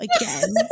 again